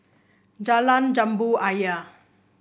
Jalan Jambu Ayer